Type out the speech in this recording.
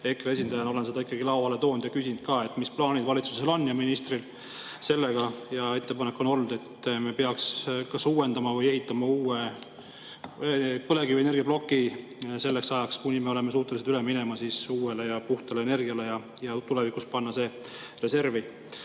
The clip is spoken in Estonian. EKRE esindajana olen ma seda ikkagi lauale toonud ja küsinud, mis plaanid valitsusel ja ministril sellega on. Ettepanek on olnud, et me peaks kas uuendama või ehitama uue põlevkivienergiaploki selleks ajaks, kuni me oleme suutelised üle minema uuele ja puhtale energiale. Ja tulevikus saab panna selle reservi,